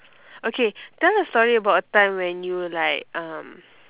okay tell a story about a time when you like um